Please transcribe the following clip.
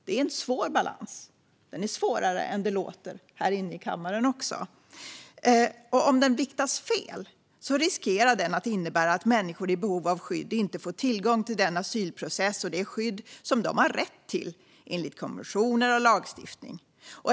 Det är en svår balans, svårare än det låter här i kammaren. Om balansen viktas fel riskerar det att innebära att människor i behov av skydd inte får tillgång till den asylprocess och det skydd de har rätt till enligt konventioner och lagstiftning.